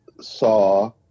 saw